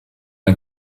ein